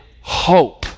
hope